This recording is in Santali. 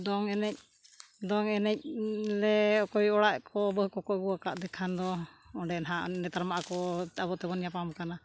ᱫᱚᱝ ᱮᱱᱮᱡ ᱫᱚᱝ ᱮᱱᱮᱡ ᱞᱮ ᱚᱠᱚᱭ ᱚᱲᱟᱜ ᱠᱚ ᱵᱟᱹᱦᱩ ᱠᱚᱠᱚ ᱟᱹᱜᱩ ᱟᱠᱟᱫᱮ ᱠᱷᱟᱱ ᱫᱚ ᱚᱸᱰᱮ ᱱᱟᱦᱟᱜ ᱱᱮᱛᱟᱨ ᱢᱟ ᱟᱠᱚ ᱟᱵᱚᱛᱚ ᱵᱚᱱ ᱧᱟᱯᱟᱢ ᱠᱟᱱᱟ